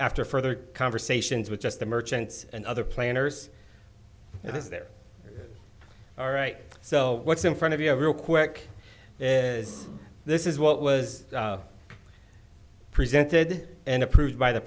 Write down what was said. after further conversations with just the merchants and other planners it is there all right so what's in front of you a real quick is this is what was presented and approved by the